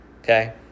okay